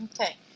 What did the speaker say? okay